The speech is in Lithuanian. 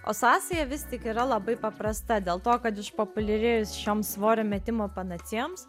o sąsaja vis tik yra labai paprasta dėl to kad išpopuliarėjus šioms svorio metimo panacėjoms